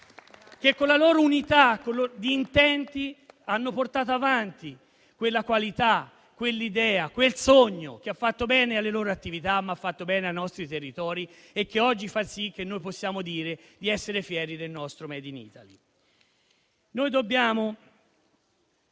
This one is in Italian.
con la loro unità di intenti, hanno portato avanti quella qualità, quell'idea, quel sogno che hanno fatto bene alle loro attività, ma hanno fatto bene anche ai nostri territori e oggi fanno sì che possiamo dire di essere fieri del nostro *made in Italy.*